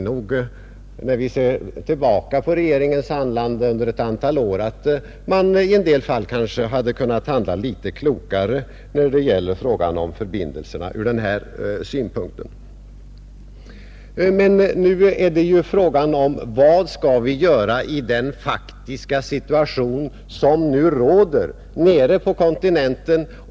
När vi ser tillbaka på regeringens handlande under ett antal år, tycker vi att regeringen i en del fall kanske hade kunnat handla litet klokare i fråga om dessa förbindelser. Men vad skall vi nu göra i den faktiska situation som råder nere på kontinenten?